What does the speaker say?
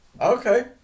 Okay